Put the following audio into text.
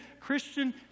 Christian